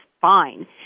fine